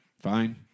Fine